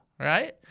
Right